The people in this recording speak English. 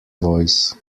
voice